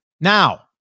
Now